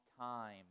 time